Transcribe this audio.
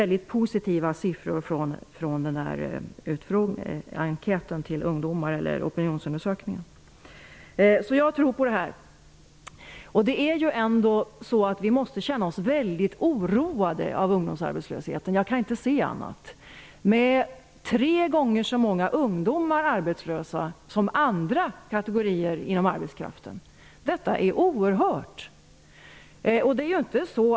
Opinionsundersökningen ger mycket positiva siffror, så jag tror på detta. Vi måste ändå känna oss mycket oroade av ungdomsarbetslösheten, med tre gånger så många ungdomar arbetslösa som andra kategorier inom arbetskraften. Jag kan inte se annat. Detta är oerhört.